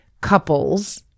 couples